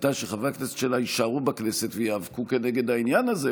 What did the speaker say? הייתה שחברי הכנסת שלה יישארו בכנסת וייאבקו כנגד העניין הזה.